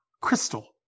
Crystal